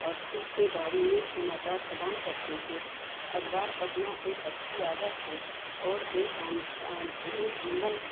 पशु के बारे में समाचार प्रदान करते हैं अखबार पढ़ना एक अच्छी आदत है और एक आन आधुनिक जीवन